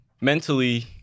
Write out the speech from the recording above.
mentally